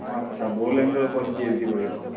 অঁ আচ্ছা বড়োলেণ্ডৰ ওপৰত পি এইচ দি কৰি আছে